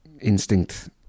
Instinct